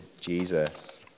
Jesus